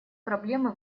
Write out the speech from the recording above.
проблемы